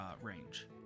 range